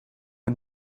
een